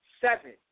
seven